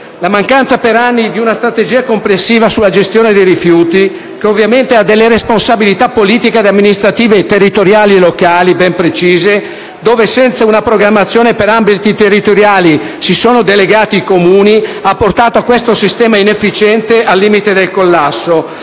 La mancanza per anni di una strategia complessiva sulla gestione dei rifiuti, che ovviamente ha delle responsabilità politiche ed amministrative locali ben precise, dove senza una programmazione per ambiti territoriali si sono delegati i Comuni, ha portato questo sistema inefficiente al limite del collasso.